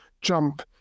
jump